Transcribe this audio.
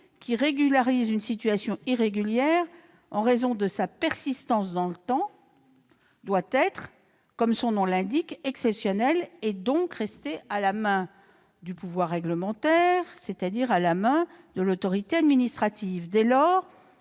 qui régularise une situation irrégulière en raison de sa persistance dans le temps doit être exceptionnelle, et donc rester à la main du pouvoir réglementaire, c'est-à-dire de l'autorité administrative.